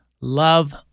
love